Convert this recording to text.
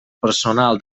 personal